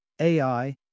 AI